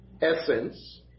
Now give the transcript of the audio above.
essence